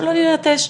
שלא ננטש.